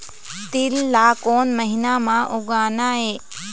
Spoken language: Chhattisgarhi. तील ला कोन महीना म उगाना ये?